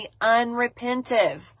unrepentive